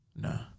No